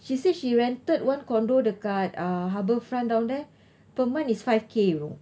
she said she rented one condo dekat uh harbourfront down there per month is five K you know